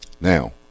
Now